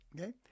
Okay